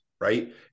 right